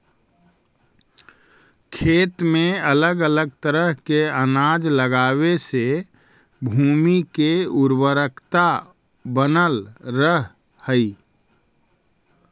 खेत में अलग अलग तरह के अनाज लगावे से भूमि के उर्वरकता बनल रहऽ हइ